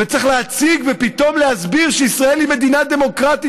וצריך להציג ופתאום להסביר שישראל היא מדינה דמוקרטית,